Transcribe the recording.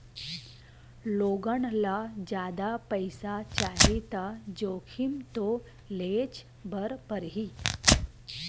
लोगन ल जादा पइसा चाही त जोखिम तो लेयेच बर परही